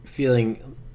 feeling